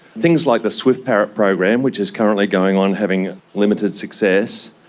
things like the swift parrot program which is currently going on, having limited success.